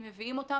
אם מביאים אותם,